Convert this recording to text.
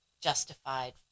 justified